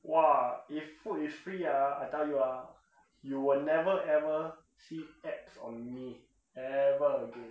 !wah! if food is free ah I tell you ah you will never ever see abs on me ever again